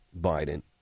Biden